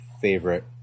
favorite